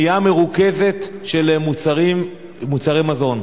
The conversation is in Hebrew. קנייה מרוכזת של מוצרי מזון.